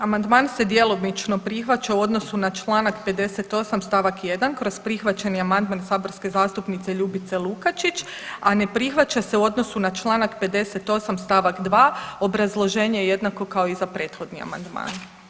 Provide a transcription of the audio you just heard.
Amandman se djelomično prihvaća u odnosu na Članak 58. stavak 1. kroz prihvaćeni amandman saborske zastupnice Ljubice Lukačić, a ne prihvaća se u odnosu na Članak 58. stavak 2. obrazloženje je jednako kao i za prethodni amandman.